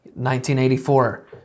1984